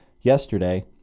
yesterday